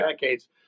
decades